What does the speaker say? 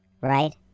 right